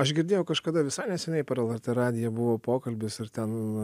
aš girdėjau kažkada visai neseniai per lrt radiją buvo pokalbis ir ten